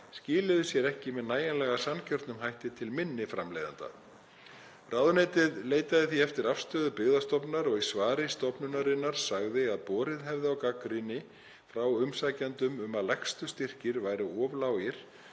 skiluðu sér ekki með nægilega sanngjörnum hætti til minni framleiðenda. Ráðuneytið leitaði því eftir afstöðu Byggðastofnunar og í svari stofnunarinnar sagði að borið hefði á gagnrýni frá umsækjendum um að lægstu styrkir væru of lágir